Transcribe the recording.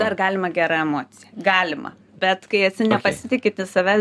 dar galima gera emocija galima bet kai esi nepasitikintis save